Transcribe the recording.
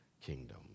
kingdom